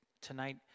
tonight